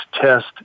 test